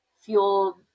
fuel